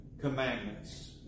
commandments